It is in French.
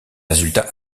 résultats